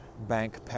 bank